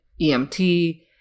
EMT